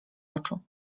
oczu